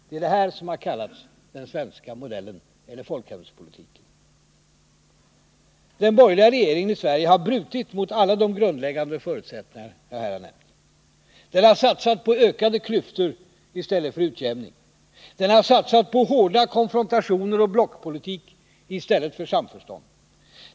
Det är detta som kallats den svenska modellen eller folkhemspolitiken. Den borgerliga regimen i Sverige har brutit mot alla de grundläggande förutsättningarna jag nämnt. Den har satsat på ökade klyftor i stället för utjämning. Den har satsat på hårda konfrontationer och blockpolitik i stället för samförstånd.